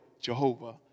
Jehovah